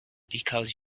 because